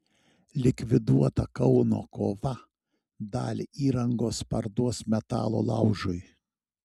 likviduota kauno kova dalį įrangos parduos metalo laužui